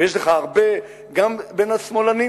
ויש לך הרבה גם בין השמאלנים